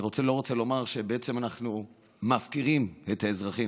אני לא רוצה לומר שבעצם אנחנו מפקירים את האזרחים.